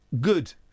Good